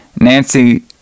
nancy